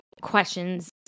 questions